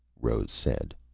rose said.